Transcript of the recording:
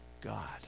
God